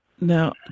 Now